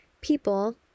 People